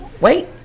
wait